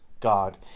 God